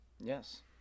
Yes